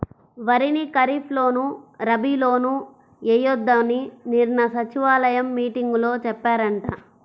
వరిని ఖరీప్ లోను, రబీ లోనూ ఎయ్యొద్దని నిన్న సచివాలయం మీటింగులో చెప్పారంట